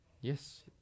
Yes